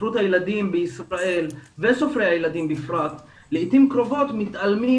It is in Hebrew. ספרות הילדים בישראל וסופרי הילדים בפרט לעתים קרובות מתעלמים